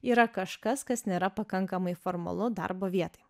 yra kažkas kas nėra pakankamai formalu darbo vietoje